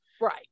Right